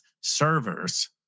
servers